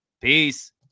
peace